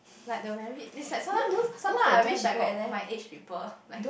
like the married is like sometime sometime I wish I got my age people like